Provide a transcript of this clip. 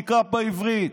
תקרא בעברית.